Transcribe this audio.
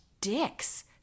dicks